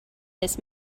this